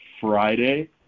Friday –